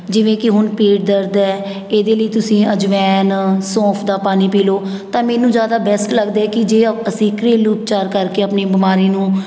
ਜਿਵੇਂ ਕਿ ਹੁਣ ਪੇਟ ਦਰਦ ਹੈ ਇਹਦੇ ਲਈ ਤੁਸੀਂ ਅਜਵੈਨ ਸੋਂਫ ਦਾ ਪਾਣੀ ਪੀ ਲਓ ਤਾਂ ਮੈਨੂੰ ਜ਼ਿਆਦਾ ਬੈਸਟ ਲੱਗਦਾ ਹੈ ਕਿ ਜੇ ਅਸੀਂ ਘਰੇਲੂ ਉਪਚਾਰ ਕਰਕੇ ਆਪਣੀ ਬਿਮਾਰੀ ਨੂੰ